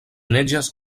neĝas